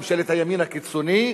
ממשלת הימין הקיצוני,